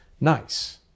nice